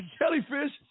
jellyfish